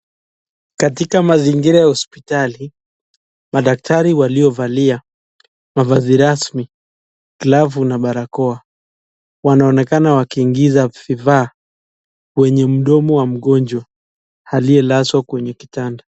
Katika mazingira ya hospitali madaktari waliovalia mavazi rasmi glavu na barakoa wanaonekana wakiingiza vifaa kwenye mdomo wa mgonjwa aliyelazwa kwenye kitanda.